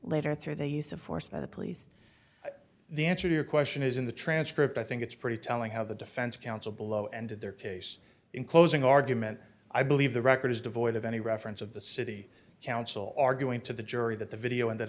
later through the use of force by the police the answer to your question is in the transcript i think it's pretty telling how the defense counsel below ended their case in closing argument i believe the record is devoid of any reference of the city council arguing to the jury that the video ended